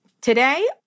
Today